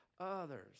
others